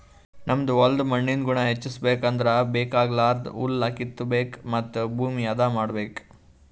ನಮ್ ಹೋಲ್ದ್ ಮಣ್ಣಿಂದ್ ಗುಣ ಹೆಚಸ್ಬೇಕ್ ಅಂದ್ರ ಬೇಕಾಗಲಾರ್ದ್ ಹುಲ್ಲ ಕಿತ್ತಬೇಕ್ ಮತ್ತ್ ಭೂಮಿ ಹದ ಮಾಡ್ಬೇಕ್